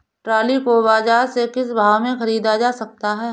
Trolley को बाजार से किस भाव में ख़रीदा जा सकता है?